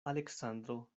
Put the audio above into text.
aleksandro